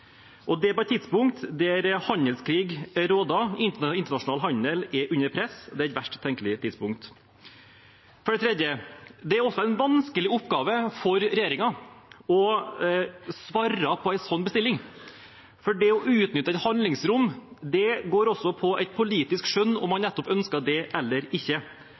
på et tidspunkt der handelskrig råder, internasjonal handel er under press – det verst tenkelige tidspunkt. For det tredje: Det er en vanskelig oppgave for regjeringen å svare på en sånn bestilling, for det å utnytte et handlingsrom går også på politisk skjønn – om man ønsker det eller ikke.